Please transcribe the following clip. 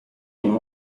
and